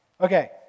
Okay